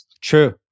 True